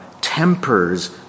tempers